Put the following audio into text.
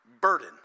burden